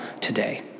today